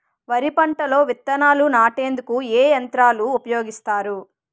వరి పంటలో విత్తనాలు నాటేందుకు ఏ యంత్రాలు ఉపయోగిస్తారు?